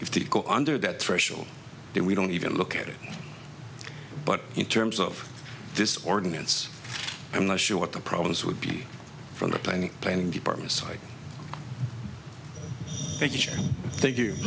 if they go under that threshold then we don't even look at it but in terms of this ordinance i'm not sure what the problems would be from the planning planning department site thank you thank you